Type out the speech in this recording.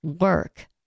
work